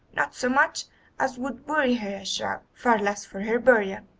not so much as would buy her a shroud, far less for her burial